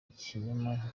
ikinyoma